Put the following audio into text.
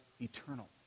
eternal